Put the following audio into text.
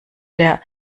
der